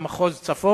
במקרה שיהיה אסון,